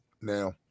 Now